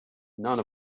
none